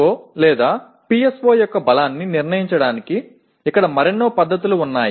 PO PSO యొక్క బలాన్ని నిర్ణయించడానికి ఇక్కడ మరెన్నో పద్ధతులు ఉన్నాయి